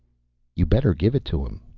you better give it to him,